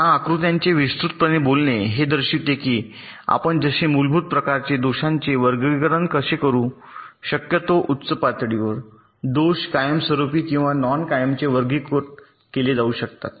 या आकृत्याचे विस्तृतपणे बोलणे हे दर्शविते की आपण जसे मूलभूत प्रकारचे दोषांचे वर्गीकरण कसे करू शकतो उच्च पातळीवर दोष कायमस्वरूपी किंवा नॉन कायमचे वर्गीकृत केले जाऊ शकतात